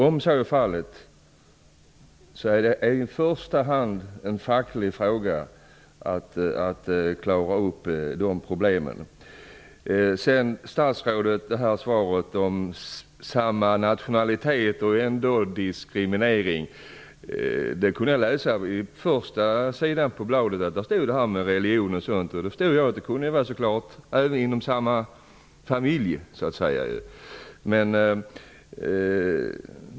Om så är fallet är de problemen i första hand en facklig fråga. Statsrådet! Svaret om samma nationalitet och ändå diskriminering kunde jag läsa på första sidan av interpellationssvaret. Där stod det om religion och sådant. Jag förstod att det så klart även kunde vara inom samma familj, så att säga.